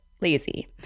lazy